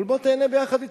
אבל בוא תיהנה יחד אתי.